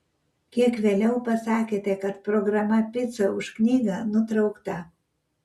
kiek vėliau pasakėte kad programa pica už knygą nutraukta